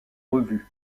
revues